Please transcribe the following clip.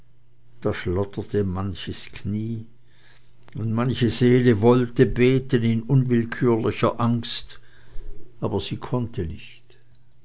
da schlotterte manches knie und manche seele wollte beten in unwillkürlicher angst aber sie konnte nicht